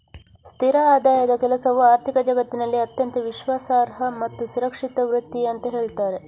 ಸ್ಥಿರ ಆದಾಯದ ಕೆಲಸವು ಆರ್ಥಿಕ ಜಗತ್ತಿನಲ್ಲಿ ಅತ್ಯಂತ ವಿಶ್ವಾಸಾರ್ಹ ಮತ್ತು ಸುರಕ್ಷಿತ ವೃತ್ತಿ ಅಂತ ಹೇಳ್ತಾರೆ